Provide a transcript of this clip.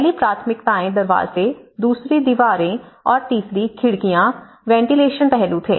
पहली प्राथमिकताएं दरवाजे दूसरी दीवारें और तीसरी खिड़कियां वेंटिलेशन पहलू थे